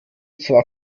zwar